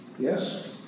Yes